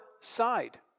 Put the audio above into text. side